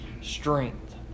strength